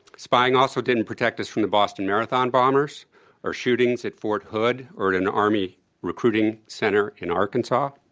spying also didn't protect us from the boston marathon bombers or shootings at fort hood or at an army recruiting center in arkansas.